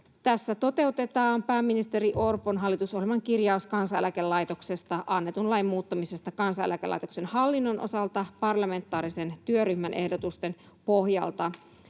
Tässä toteutetaan pääministeri Orpon hallitusohjelman kirjaus Kansaneläkelaitoksesta annetun lain muuttamisesta Kansaneläkelaitoksen hallinnon osalta parlamentaarisen työryhmän ehdotusten pohjalta